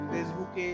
Facebook